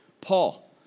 Paul